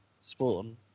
spawn